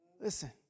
Listen